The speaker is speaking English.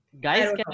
Guys